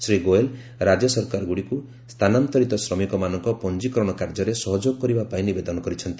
ଶ୍ରୀ ଗୋଏଲ୍ ରାଜ୍ୟସରକାରଗୁଡ଼ିକୁ ସ୍ଥାନାନ୍ତରିତ ଶ୍ରମିକମାନଙ୍କ ପଞ୍ଜୀକରଣ କାର୍ଯ୍ୟରେ ସହଯୋଗ କରିବା ପାଇଁ ନିବେଦନ କରିଛନ୍ତି